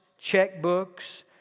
checkbooks